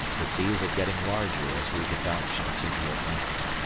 the seas are getting larger as we debouch into the atlantic.